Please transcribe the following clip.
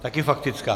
Také faktická?